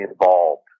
involved